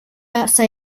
lösa